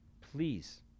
Please